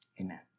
Amen